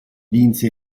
vinse